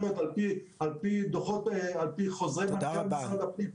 כדי להקים את הוועדה הזו בצורה מסודרת.